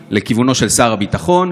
שתיארתי לכיוונו של שר הביטחון.